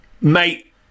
Mate